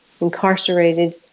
incarcerated